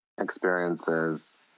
Experiences